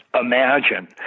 imagine